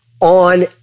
on